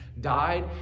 died